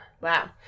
Wow